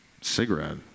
cigarette